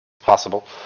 Possible